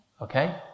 Okay